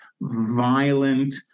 violent